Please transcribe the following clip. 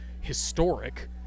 historic